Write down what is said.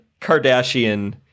kardashian